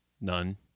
None